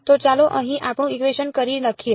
તો ચાલો અહીં આપણું ઇકવેશન ફરી લખીએ